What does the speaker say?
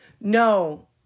No